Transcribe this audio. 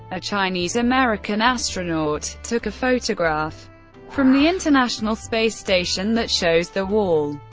a chinese-american astronaut, took a photograph from the international space station that shows the wall.